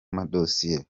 madosiye